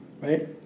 right